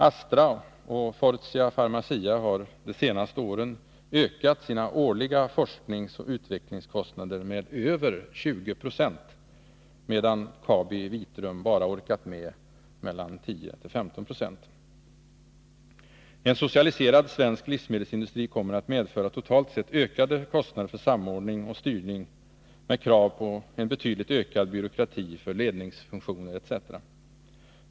Astra och Fortia/Pharmacia har de senaste åren ökat sina årliga forskningsoch utvecklingskostnader med över 20 oc, medan KabiVitrum bara orkat med 10-15 96. En socialiserad svensk läkemedelsindustri kommer att medföra totalt sett ökade kostnader för samordning och styrning med krav på en betydligt ökad byråkrati för ledningsfunktioner etc.